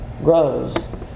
grows